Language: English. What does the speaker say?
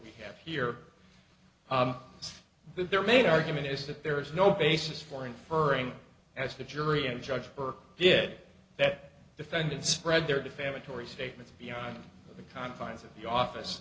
we have here their main argument is that there is no basis for inferring as the jury and judge burke did that defendant spread their defamatory statements beyond the confines of the office